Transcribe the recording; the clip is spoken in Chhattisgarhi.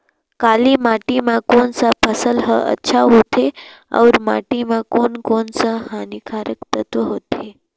काली माटी मां कोन सा फसल ह अच्छा होथे अउर माटी म कोन कोन स हानिकारक तत्व होथे?